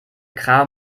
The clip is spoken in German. kram